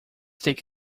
take